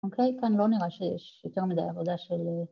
‫אוקיי? כאן לא נראה שיש ‫יותר מדי עבודה של...